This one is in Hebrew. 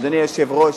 אדוני היושב-ראש,